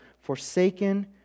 forsaken